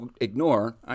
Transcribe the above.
ignore